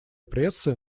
прессы